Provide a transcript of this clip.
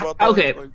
Okay